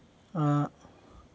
आ